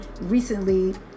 recently